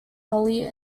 holly